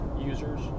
users